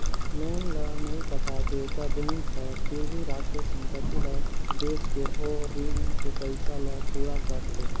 loan ल नइ पटाबे त बेंक हर गिरवी राखे संपति ल बेचके ओ रीन के पइसा ल पूरा करथे